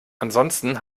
ansonsten